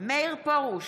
מאיר פרוש,